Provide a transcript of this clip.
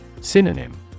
Synonym